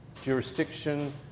jurisdiction